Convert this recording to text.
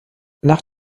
nach